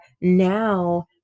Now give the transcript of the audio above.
now